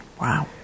Wow